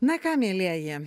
na ką mielieji